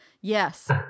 yes